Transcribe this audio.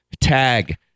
tag